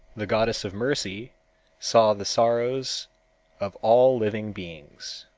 the goddess of mercy saw the sorrows of all living beings.